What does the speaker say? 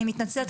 אני מתנצלת,